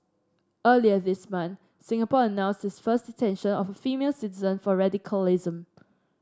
earlier this month Singapore announced its first detention of female citizen for radicalism